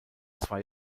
zwei